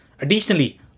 Additionally